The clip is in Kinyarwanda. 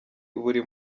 buri